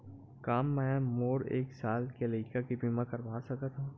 का मै मोर एक साल के लइका के बीमा करवा सकत हव?